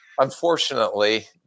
Unfortunately